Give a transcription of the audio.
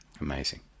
Amazing